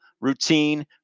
routine